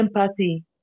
empathy